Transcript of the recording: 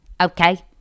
okay